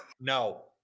No